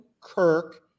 Kirk